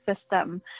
system